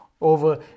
over